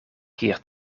keer